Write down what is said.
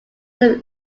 some